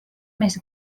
més